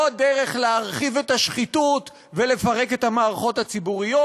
עוד דרך להרחיב את השחיתות ולפרק את המערכות הציבוריות.